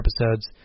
episodes